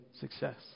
success